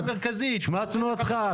השמצנו אותך?